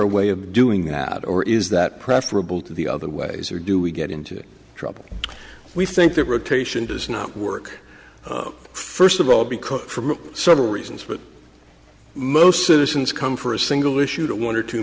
a way of doing that or is that preferable to the other ways or do we get into trouble we think that rotation does not work first of all because for several reasons but most citizens come for a single issue to one or two